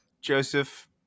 Joseph